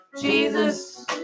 Jesus